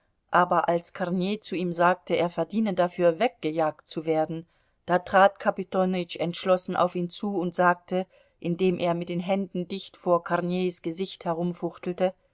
aber als kornei zu ihm sagte er verdiene dafür weggejagt zu werden da trat kapitonütsch entschlossen auf ihn zu und sagte indem er mit den händen dicht vor korneis gesicht herumfuchtelte